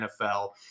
NFL